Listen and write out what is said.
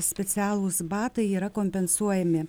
specialūs batai yra kompensuojami